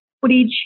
footage